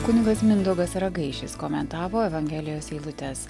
kunigas mindaugas ragaišis komentavo evangelijos eilutes